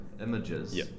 images